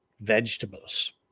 vegetables